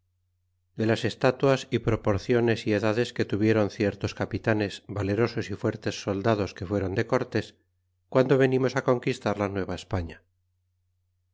de las estaturas y proporciones y edades que tuviéron ciertos capitanes valerosos y fuertes soldados que fueron de cortés guando venimos a conquistar la